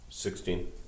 Sixteen